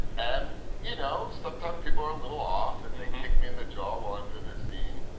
and you know, sometimes people are a little off and they kick me in the jaw while i'm doing this scene.